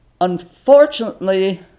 Unfortunately